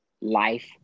life